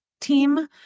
team